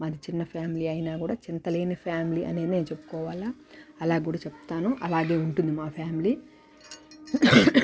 మాది చిన్న ఫ్యామిలీ అయినా కూడా చింతలేని ఫ్యామిలీ అని నేను చెప్పుకోవాలా అలాగ కూడా చెప్తాను అలాగే ఉంటుంది మా ఫ్యామిలీ